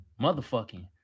motherfucking